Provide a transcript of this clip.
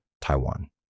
Taiwan